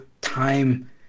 time